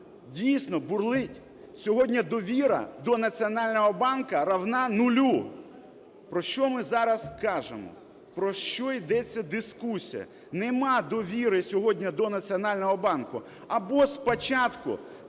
дійсно, бурлить. Сьогодні довіра до Національного банку равна нулю. Про що ми зараз кажемо? Про що йдеться дискусія? Нема довіри сьогодні до Національного банку. Або спочатку